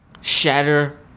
shatter